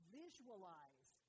visualize